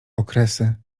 okresy